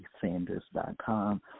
Sanders.com